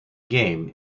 game